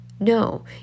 No